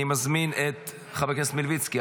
אני מזמין את חבר הכנסת חנוך מלביצקי.